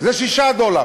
זה 6 דולר,